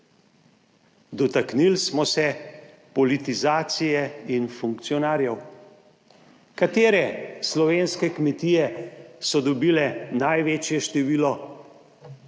Dotaknili smo se politizacije in funkcionarjev. Katere slovenske kmetije so dobile največje število